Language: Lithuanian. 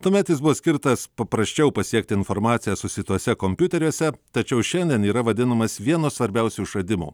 tuomet jis buvo skirtas paprasčiau pasiekti informaciją susietuose kompiuteriuose tačiau šiandien yra vadinamas vienu svarbiausių išradimų